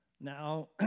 Now